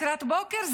לקראת בוקר?